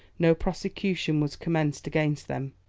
no prosecution was commenced against them.